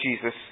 Jesus